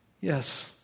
Yes